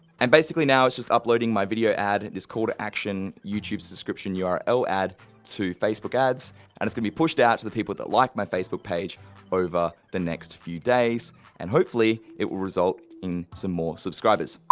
and basically now it's just uploading my video ad and this call to action youtube subscription yeah url ad to facebook ads and it's gonna be pushed out to the people that like my facebook page over the next few days and hopefully it will result in some more subscribers.